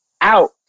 out